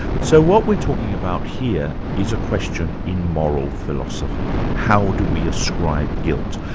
so what we're talking about here is a question in moral philosophy how do we ascribe guilt?